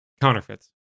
counterfeits